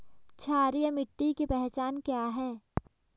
क्षारीय मिट्टी की पहचान क्या है?